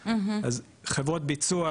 שיעור הממצים כ- 84%,